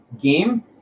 game